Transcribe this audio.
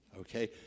Okay